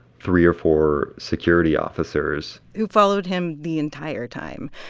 three or four security officers who followed him the entire time.